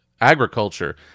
Agriculture